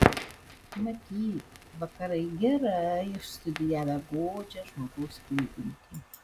matyt vakarai gerai išstudijavę godžią žmogaus prigimtį